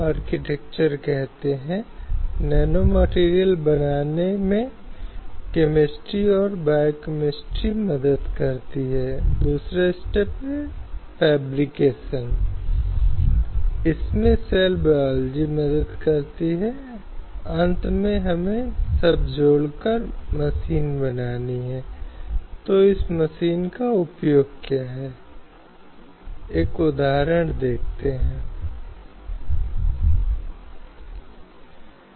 ये सभी अधिकार लागू करने योग्य हैं और कोई भी इन अधिकारों के उल्लंघन के लिए कानून के विधि नियम में जा सकता है और यह सुनिश्चित करना अदालतों का कर्तव्य है कि इन अधिकारों को अदालतों द्वारा बरकरार रखा जाए